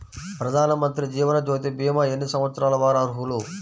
ప్రధానమంత్రి జీవనజ్యోతి భీమా ఎన్ని సంవత్సరాల వారు అర్హులు?